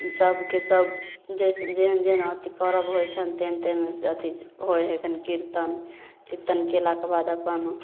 सभके सभ जइसे जेहन जेहन अथी परब होइ छनि तेहन तेहन से अथी होइ हइ कनि किरतन किरतन कएलाके बाद अपन